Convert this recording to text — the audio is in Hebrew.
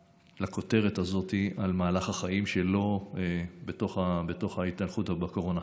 לכותרת הזאת על מהלך החיים שלו בתוך ההתהלכות בקורונה.